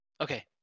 Okay